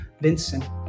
Vincent